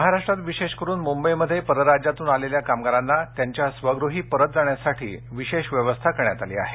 महाराष्ट्रात विशेष करुन मुंबईमध्ये परराज्यातून आलेल्या कामगारांना त्यांच्या स्वगृही परत जाण्यासाठी विशेष व्यवस्था करण्यात आली आहे